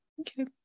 Okay